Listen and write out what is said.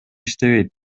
иштебейт